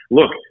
Look